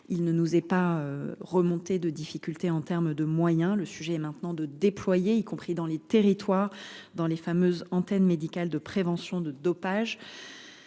ne nous a pas fait part de difficultés en termes de moyens : le sujet est désormais de déployer, y compris dans les territoires, les fameuses antennes médicales de prévention de dopage